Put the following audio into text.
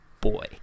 boy